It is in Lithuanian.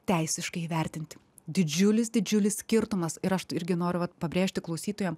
teisiškai įvertinti didžiulis didžiulis skirtumas ir aš irgi noriu pabrėžti klausytojam